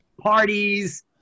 parties